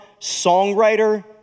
songwriter